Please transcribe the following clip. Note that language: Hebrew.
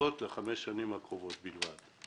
לחמש השנים הקרובות בלבד